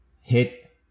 hit